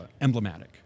emblematic